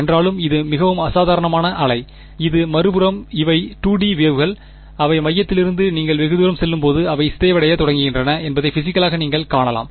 என்றாலும் இது மிகவும் அசாதாரணமான அலை இது மறுபுறம் இவை 2 டி வேவ்கள் அவை மையத்திலிருந்து நீங்கள் வெகுதூரம் செல்லும்போது அவை சிதைவடையத் தொடங்குகின்றன என்பதை பிசிகளாக நீங்கள் காணலாம்